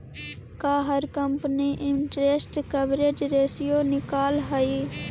का हर company interest coverage ratio निकालअ हई